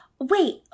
wait